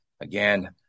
Again